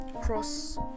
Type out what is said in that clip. cross